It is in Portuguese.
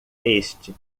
este